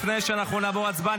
לפני שאנחנו נעבור להצבעה,